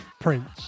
Prince